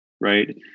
right